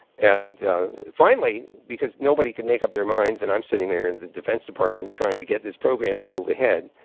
and finally, because nobody could make up their minds and i'm sitting there in the defense department trying to get this program to move ahead,